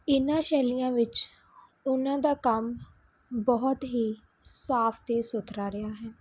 ਇਹਨਾਂ ਸ਼ੈਲੀਆਂ ਵਿੱਚ ਉਹਨਾਂ ਦਾ ਕੰਮ ਬਹੁਤ ਹੀ ਸਾਫ ਅਤੇ ਸੁਥਰਾ ਰਿਹਾ ਹੈ